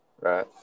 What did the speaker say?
Right